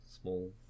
small